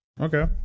Okay